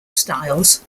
styles